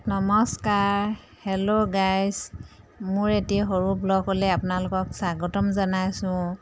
নমস্কাৰ hello guys মোৰ এটি সৰু ভ্লগলৈ আপোনালোকক স্বাগতম জনাইছোঁ